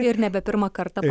ir nebe pirmą kartą